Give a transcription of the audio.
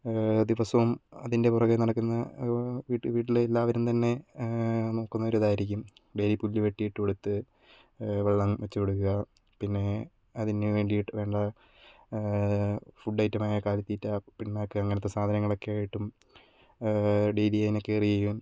ദിവസവും അതിന്റെ പുറകെ നടക്കുന്ന വീട്ടിലെ എല്ലാവരും തന്നെ നോക്കുന്നൊരു ഇതായിരിക്കും ഡെയ്ലി പുല്ല് വെട്ടി ഇട്ടുകൊടുത്ത് വെള്ളം വച്ചുകൊടുക്കുക പിന്നെ അതിനു വേണ്ടിയിട്ട് വേണ്ട ഫുഡ്ഡ് ഐറ്റം ആയ കാലിത്തീറ്റ പിണ്ണാക്ക് അങ്ങനത്തെ സാധനങ്ങളൊക്കെ ആയിട്ടും ഡെയ്ലി അതിനെ കെയർ ചെയ്യും